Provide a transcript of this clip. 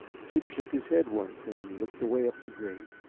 chip shook his head once and looked away up the grade.